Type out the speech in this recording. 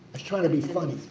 i was trying to be funny.